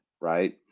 right